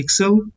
pixel